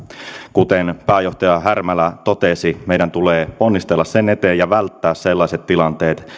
kuten pääjohtaja härmälä totesi meidän tulee ponnistella sen eteen ja välttää sellaiset tilanteet